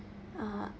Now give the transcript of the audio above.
uh